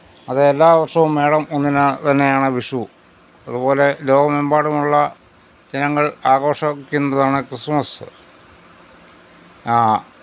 അത് എല്ലാ വര്ഷവും മേടം ഒന്നിന് തന്നെയാണ് വിഷു അതുപോലെ ലോകമെമ്പാടുമുള്ള ജനങ്ങള് ആഘോഷിക്കുന്നതാണ് ക്രിസ്മസ്